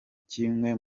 kimwe